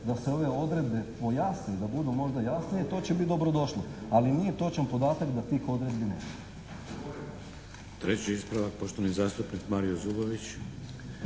da se ove odredbe pojasne i da budu možda jasnije to će biti dobro došlo ali nije točan podatak da tih odredbi nema. **Šeks, Vladimir (HDZ)** Treći ispravak poštovani zastupnik Mario Zubović.